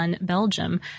Belgium